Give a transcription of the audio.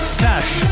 sash